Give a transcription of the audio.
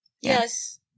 Yes